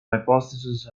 hypothesis